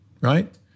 right